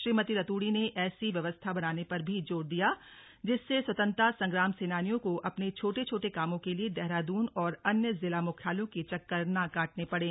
श्रीमती रतूड़ी ने ऐसी व्यवस्था बनाने पर भी जोर दिया जिससे स्वतंत्रता संग्राम सेनानियों को अपने छोटे छोटे कामों के लिए देहरादून और अन्य जिला मुख्यालयों के चक्कर न काटने पड़ें